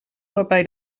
waarbij